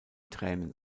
tränen